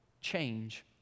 change